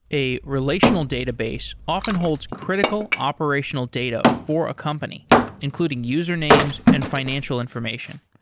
a relational database often holds critical operational data for a company including user names and financial information.